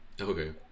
Okay